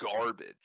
garbage